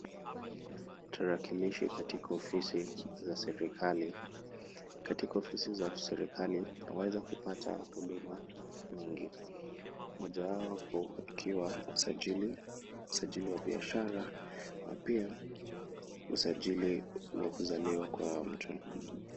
Tarakilishi katika ofisi za serikali. Katika ofisi za serikali waweza kupata huduma mingi, mojawapo ikiwa usajili, usajili wa biashara na pia usajili wa kuzaliwa kwa mtu.